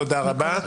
תודה רבה.